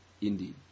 Indeed